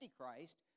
Antichrist